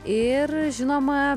ir žinoma